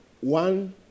One